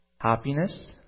happiness